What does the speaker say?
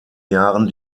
jahren